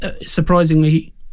Surprisingly